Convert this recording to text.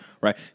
Right